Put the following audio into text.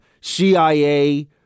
CIA